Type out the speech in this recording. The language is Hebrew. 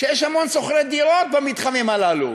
שיש המון שוכרי דירות במתחמים הללו.